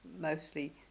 mostly